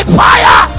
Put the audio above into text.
fire